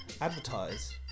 advertise